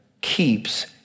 keeps